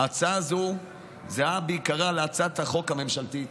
ההצעה הזו זהה בעיקרה להצעת החוק הממשלתית,